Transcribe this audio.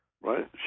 right